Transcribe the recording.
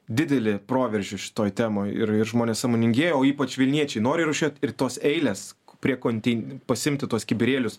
didelį proveržį šitoj temoj ir ir žmonės sąmoningėja o ypač vilniečiai nori rūšiuot ir tos eilės prie konteinerių pasiimti tuos kibirėlius